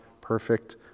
perfect